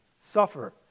suffer